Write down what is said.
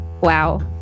Wow